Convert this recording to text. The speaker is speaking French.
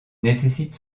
nécessite